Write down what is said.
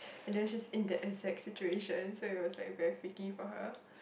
and then she is in the exact situation so we like very fickle for her